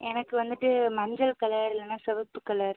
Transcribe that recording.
எனக்கு வந்துவிட்டு மஞ்சள் கலர் இல்லைன்னா சிவப்பு கலர்